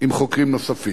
בחוקרים נוספים.